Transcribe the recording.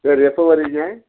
சரி எப்போ வருவீங்க